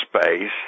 space